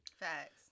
Facts